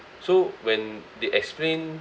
so when they explain